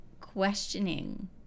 questioning